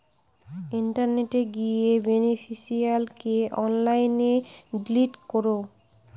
ইন্টারনেটে গিয়ে বেনিফিশিয়ারিকে অনলাইনে ডিলিট করো